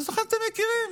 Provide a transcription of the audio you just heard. אתם מכירים.